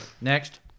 Next